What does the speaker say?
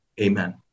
Amen